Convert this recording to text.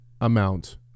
amount